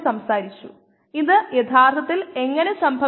നമുക്ക് ഈ ഘട്ടങ്ങൾ മനസ്സിലായി